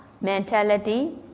mentality